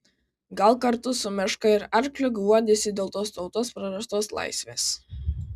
gal kartu su meška ir arkliu guodėsi dėl tautos prarastos laisvės